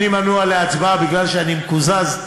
אני מנוע מלהצביע כי אני מקוזז,